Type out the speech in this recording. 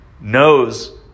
knows